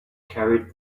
carried